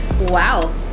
Wow